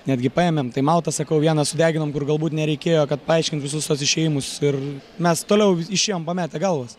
netgi paėmėm taimautą sakau vieną sudeginom kur galbūt nereikėjo kad paaiškint visus tuos išėjimus ir mes toliau išėjom pametę galvas